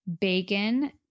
Bacon